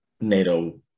NATO